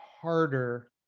harder